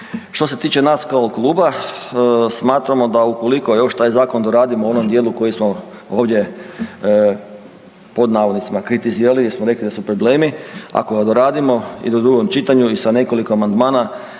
Što se tiče nas kao kluba smatramo da ukoliko još taj zakon doradimo u onom dijelu koji smo ovdje pod navodnicima kritizirali jer smo rekli da su problemi, ako ga doradimo i u drugom čitanju i sa nekoliko amandmana